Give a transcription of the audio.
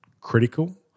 critical